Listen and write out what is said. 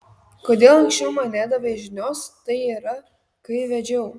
kodėl anksčiau man nedavei žinios tai yra kai vedžiau